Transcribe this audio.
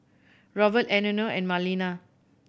Robt Eleanor and Marlena